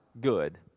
good